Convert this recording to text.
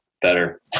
Better